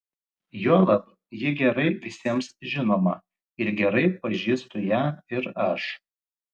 juolab ji gerai visiems žinoma ir gerai pažįstu ją ir aš